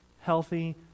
healthy